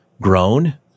grown